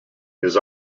his